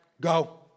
go